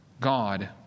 God